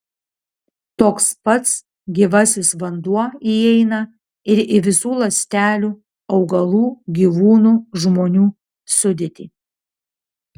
toks pats gyvasis vanduo įeina ir į visų ląstelių augalų gyvūnų žmonių sudėtį